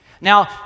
Now